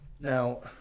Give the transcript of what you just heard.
Now